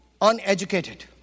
uneducated